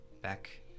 back